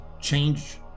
change